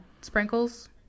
sprinkles